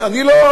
אני לא,